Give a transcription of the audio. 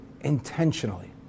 intentionally